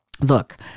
Look